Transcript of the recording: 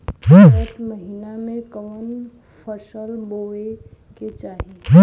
चैत महीना में कवन फशल बोए के चाही?